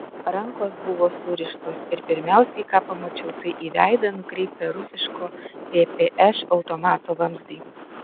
rankos buvo surištos ir pirmiausiai ką pamačiau tai į veidą nukreiptą rusiško ppš automato vamzdį